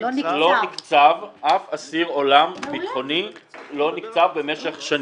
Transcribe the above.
לא נקצב --- לא נקצב אף אסיר עולם ביטחוני במשך שנים.